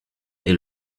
est